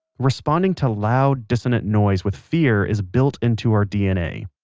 responding to loud, dissonant noise with fear is built into our dna.